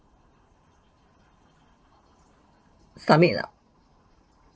submit ah